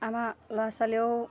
আমাৰ ল'ৰা ছোৱালীয়েও